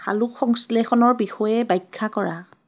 সালোক সংশ্লেষণৰ বিষয়ে ব্যাখ্যা কৰা